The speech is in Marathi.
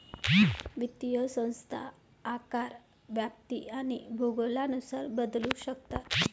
वित्तीय संस्था आकार, व्याप्ती आणि भूगोलानुसार बदलू शकतात